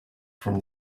from